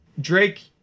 drake